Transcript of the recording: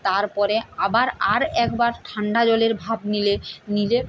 তারপরে আবার আর একবার ঠান্ডা জলের ভাপ নিলে নিলে